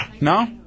No